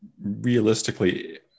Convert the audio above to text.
realistically